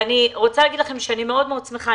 ואני רוצה להגיד לכם שאני מאוד מאוד שמחה.